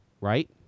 Right